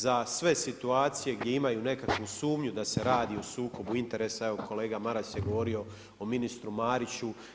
Za sve situacije gdje imaju nekakvu sumnju da se radi o sukobu interesa, evo kolega Maras je govorio o ministru Mariću.